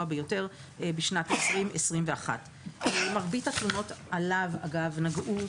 ביותר בשנת 2021. מרבית התלונות עליו נגעו,